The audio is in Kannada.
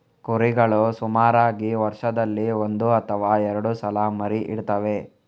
ಕುರಿಗಳು ಸುಮಾರಾಗಿ ವರ್ಷದಲ್ಲಿ ಒಂದು ಅಥವಾ ಎರಡು ಸಲ ಮರಿ ಇಡ್ತವೆ